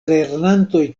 lernantoj